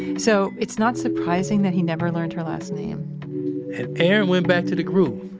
so it's not surprising that he never learned her last name erin went back to the group,